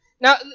Now